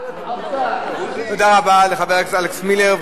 תתביישו, תודה רבה לחבר הכנסת אלכס מילר.